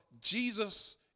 Jesus